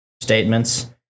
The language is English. statements